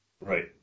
right